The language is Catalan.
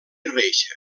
reixa